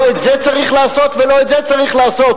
לא את זה צריך לעשות, ולא את זה צריך לעשות.